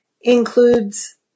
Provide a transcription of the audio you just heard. includes